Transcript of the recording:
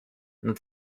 nad